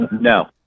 No